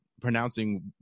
pronouncing